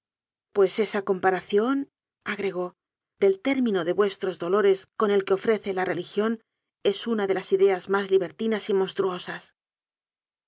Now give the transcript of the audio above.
pues esa compa raciónagregódel término de vuestros dolores con el que ofrece la religión es una de las ideas más libertinas y monstruosas